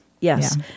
yes